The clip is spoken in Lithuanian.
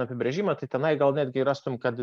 apibrėžimą tai tenai gal netgi rastum kad